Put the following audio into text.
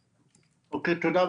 אוקיי, תודה.